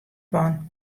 fan